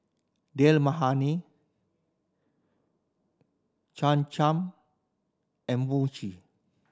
Dal Makhani Cham Cham and Mochi